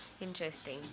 interesting